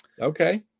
okay